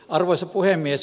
arvoisa puhemies